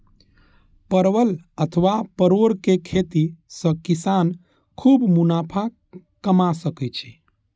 परवल अथवा परोरक खेती सं किसान खूब मुनाफा कमा सकै छै